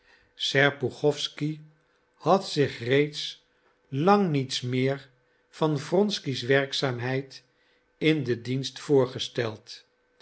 serpuchowsky had zich reeds lang niets meer van wronsky's werkzaamheid in den dienst voorgesteld